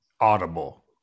audible